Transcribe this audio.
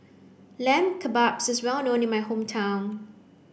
Lamb Kebabs is well known in my hometown